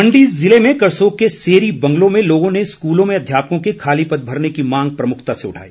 मंडी ज़िले में करसोग के सेरी बंगलो में लोगों ने स्कूलों में अध्यापकों के खाली पद भरने की मांग प्रमुखता से उठाई